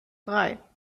drei